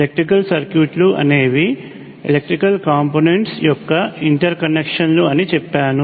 electrical సర్క్యూట్లు అనేవి electrical components యొక్క ఇంటర్ కనెక్షన్లు అని చెప్పాను